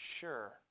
sure